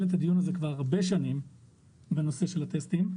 את הדיון הזה כבר הרבה שנים בנושא של הטסטים,